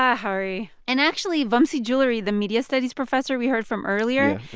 ah hari and actually, vamsee juluri, the media studies professor we heard from earlier.